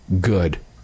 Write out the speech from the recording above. good